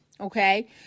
Okay